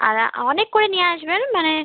আর অনেক করে নিয়ে আসবেন মানে